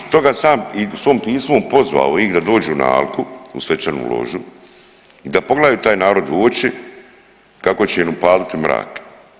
Stoga sam i u svom pismu pozvao ih da dođu na alku u svečanu ložu i da pogledaju taj narod u oči kako će im upaliti mrak.